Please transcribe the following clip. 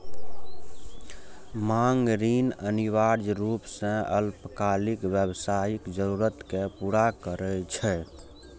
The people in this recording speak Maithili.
मांग ऋण अनिवार्य रूप सं अल्पकालिक व्यावसायिक जरूरत कें पूरा करै छै